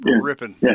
ripping